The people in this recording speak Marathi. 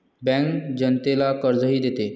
बँक जनतेला कर्जही देते